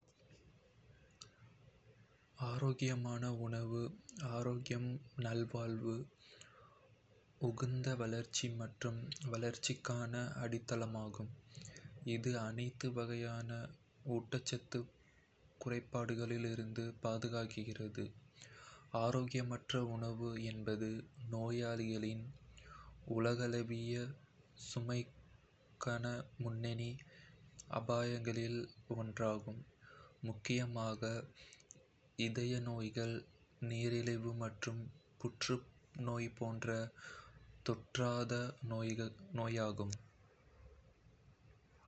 ஆரோக்கியமான உணவு ஆரோக்கியம், நல்வாழ்வு, உகந்த வளர்ச்சி மற்றும் வளர்ச்சிக்கான அடித்தளமாகும். இது அனைத்து வகையான ஊட்டச்சத்து குறைபாடுகளிலிருந்தும் பாதுகாக்கிறது. ஆரோக்கியமற்ற உணவு என்பது நோய்களின் உலகளாவிய சுமைக்கான முன்னணி அபாயங்களில் ஒன்றாகும், முக்கியமாக இருதய நோய்கள், நீரிழிவு மற்றும் புற்றுநோய் போன்ற தொற்றாத நோய்களுக்கு.